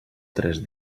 tres